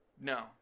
no